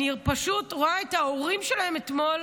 אני פשוט רואה את ההורים שלהן אתמול